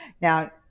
Now